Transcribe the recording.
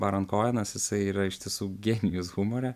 baran kojenas jisai yra iš tiesų genijus humore